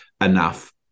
enough